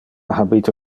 habite